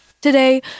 Today